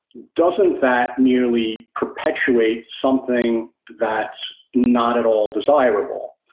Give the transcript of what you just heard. doesn't that merely perpetuate something that's not at all desirable?